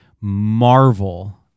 marvel